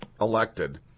elected